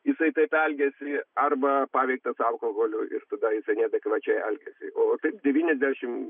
jisai taip elgiasi arba paveiktas alkoholio ir tada jisai neadekvačiai elgiasi o taip devyniasdešimt